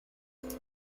heart